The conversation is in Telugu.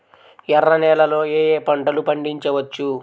ఎర్ర నేలలలో ఏయే పంటలు పండించవచ్చు?